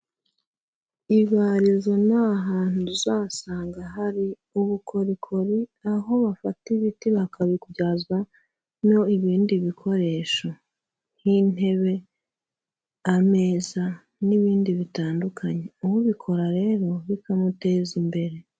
Ibarizo ni hantu uzasanga hari ubukorikori, aho bafata ibiti bakabibyazamo ibindi bikoresho, nk'intebe ameza n'ibindi bitandukanye, ubikora rero bikamuteza imbere.